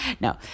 no